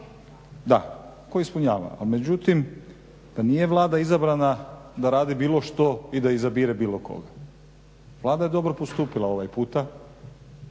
Da, koji ispunjava. Ali međutim, pa nije Vlada izabrana da radi bilo što i da izabire bilo koga. Vlada je dobro postupila ovaj puta